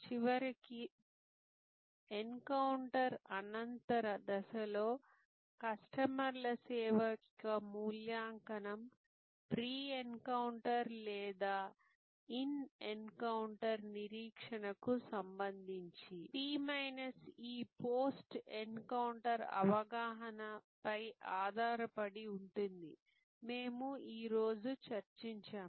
చివరకు ఎన్కౌంటర్ అనంతర దశలో కస్టమర్ల సేవ యొక్క మూల్యాంకనం ప్రీ ఎన్కౌంటర్ లేదా ఇన్ ఎన్కౌంటర్ నిరీక్షణకు సంబంధించి P E పోస్ట్ ఎన్కౌంటర్ అవగాహనపై ఆధారపడి ఉంటుందని మేము ఈ రోజు చర్చించాము